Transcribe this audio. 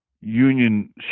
union